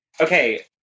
Okay